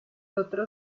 otro